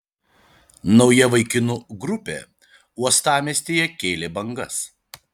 nauja vaikinų grupė uostamiestyje kėlė bangas